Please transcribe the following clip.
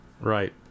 Right